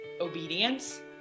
obedience